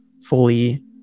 fully